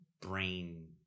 Brain